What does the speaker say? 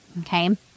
Okay